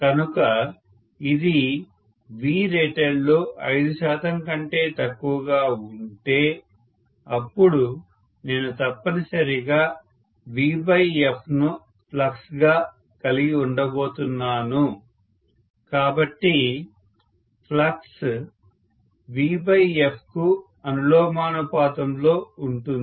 కనుక ఇది Vratedలో 5 శాతం కంటే తక్కువగా ఉంటే అప్పుడు నేను తప్పనిసరిగా Vf ను ఫ్లక్స్ గా కలిగి ఉండబోతున్నాను కాబట్టి ఫ్లక్స్ Vf కు అనులోమానుపాతంలో ఉంటుంది